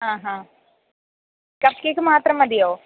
ആഹാ cupcake മാത്രം മതിയോ